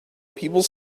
people